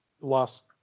last